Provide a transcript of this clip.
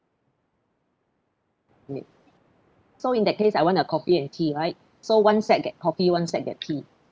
okay so in that case I want a coffee and tea right so one set get coffee one set get tea